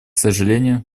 сожалению